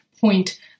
point